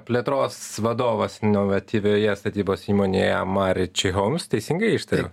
plėtros vadovas inovatyvioje statybos įmonėje mariči haums teisingai ištariau